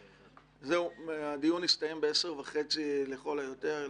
הדיון יסתיים ב-10:30 לכל היותר.